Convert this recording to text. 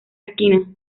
esquina